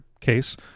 case